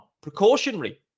Precautionary